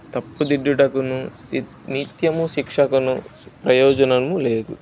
తప్పుదిద్దుటకు నిత్యము శిక్షకును ప్రయోజనము లేదు